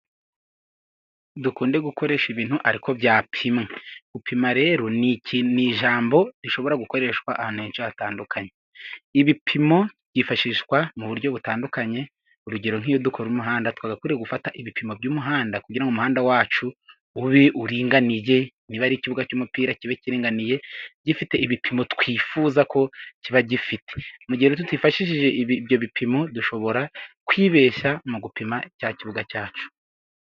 Dukunde gukoresha ibintu ariko byapimwe, gupima rero ni iki n'ijambo rishobora gukoreshwa an ahantu heshi hatandukanye. Ibipimo byifashishwa mu buryo butandukanye urugero nk'iyo dukora umuhanda twagakwiriye gufata ibipimo by'umuhanda, kugira umuhanda wacu ube uringaniye, nibaba ari ikibuga cy'umupira kibe kiringaniye gifite ibipimo twifuza ko kiba gifite. Mu gihe tutifashishije ibyo bipimo dushobora kwibeshya mu gupima cya kibuga cyacu.